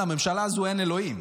לממשלה הזו אין אלוהים.